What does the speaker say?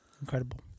Incredible